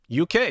UK